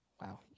Wow